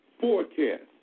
forecast